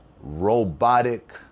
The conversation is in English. robotic